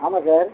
ஆமாம் சார்